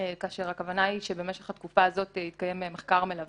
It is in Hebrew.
כאשר הכוונה היא שבמשך התקופה הזאת יתקיים מחקר מלווה.